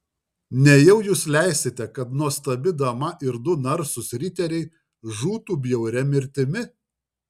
nejau jūs leisite kad nuostabi dama ir du narsūs riteriai žūtų bjauria mirtimi